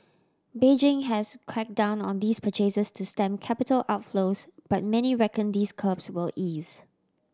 Beijing has crack down on these purchases to stem capital outflows but many reckon these curbs will ease